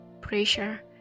pressure